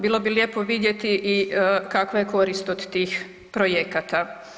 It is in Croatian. Bilo bi lijepo vidjeti i kakva je korist od tih projekata.